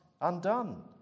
undone